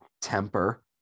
temper